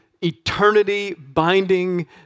eternity-binding